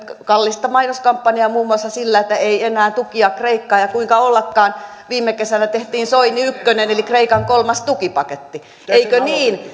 kallista mainoskampanjaa muun muassa sillä että ei enää tukia kreikkaan ja kuinka ollakaan viime kesänä tehtiin soini ykkönen eli kreikan kolmas tukipaketti eikö niin